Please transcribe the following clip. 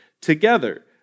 together